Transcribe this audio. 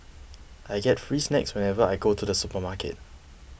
I get free snacks whenever I go to the supermarket